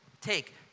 take